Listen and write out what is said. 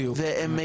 כן.